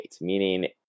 meaning